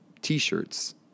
t-shirts